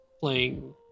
playing